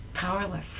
powerless